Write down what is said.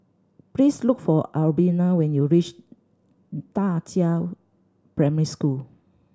please look for Albina when you reach Da Qiao Primary School